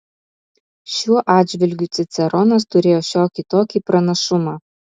šiuo atžvilgiu ciceronas turėjo šiokį tokį pranašumą